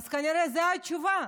אז כנראה זו התשובה.